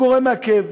זה גורם מעכב,